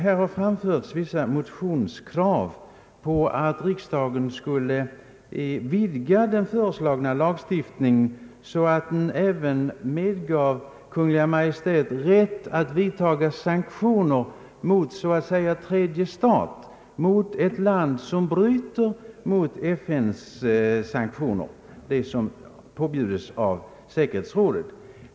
Vissa motionskrav har framförts på att riksdagen skulle vidga den föreslagna lagstiftningen, så att den även medgav Kungl. Maj:t rätt att vidtaga sanktioner mot så att säga tredje stat, mot ett land som bryter mot FN:s sanktioner och det som påbjudes av säkerhetsrådet.